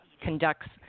conducts